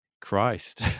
Christ